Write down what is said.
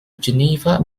geneva